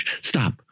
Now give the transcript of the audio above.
Stop